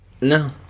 No